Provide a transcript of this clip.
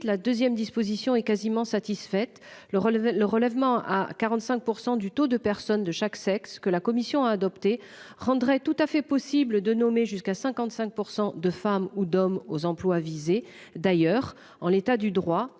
la 2ème disposition est quasiment satisfaite le relevé le relèvement à 45% du taux de personnes de chaque sexe que la commission a adopté rendrait tout à fait possible de nommer jusqu'à 55% de femmes ou d'hommes aux emplois visés d'ailleurs en l'état du droit,